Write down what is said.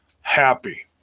happy